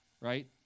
right